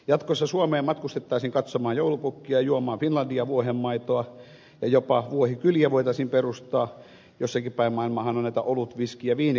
jatkossa suomeen matkustettaisiin katsomaan joulupukkia juomaan finlandia vuohenmaitoa ja jopa vuohikyliä voitaisiin perustaa jossakin päin maailmaahan on näitä olut viski ja viinikyliä